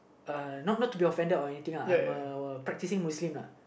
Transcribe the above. uh not not to be offended or anythinguhI'm a practicing Muslim uh